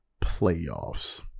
playoffs